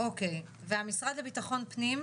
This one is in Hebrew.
אוקי ומשרד הבט"פ,